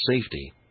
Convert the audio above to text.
safety